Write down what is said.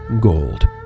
gold